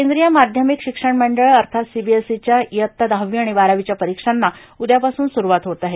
केंद्रीय माध्यमिक शिक्षण मंडळ अर्थात सीबीएसईच्या इयत्ता दहावी आणि बारावीच्या परीक्षांना उद्यापासून सुरूवात होत आहे